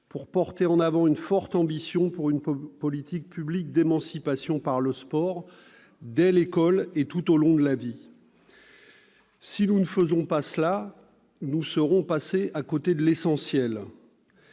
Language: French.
de porter en avant une forte ambition pour une politique publique d'émancipation par le sport dès l'école et tout au long de la vie ? Si nous n'agissons pas ainsi, nous serons passés à côté de l'essentiel.